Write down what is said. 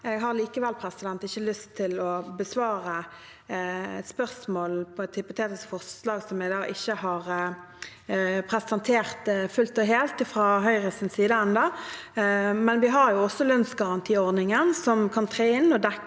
Jeg har likevel ikke lyst til å besvare spørsmål om et hypotetisk forslag som ikke er presentert fullt og helt fra Høyres side ennå. Men vi har også lønnsgarantiordningen, som kan tre inn og dekke